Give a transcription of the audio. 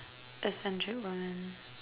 eccentric one